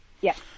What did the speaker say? Yes